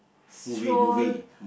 stroll